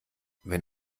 wenn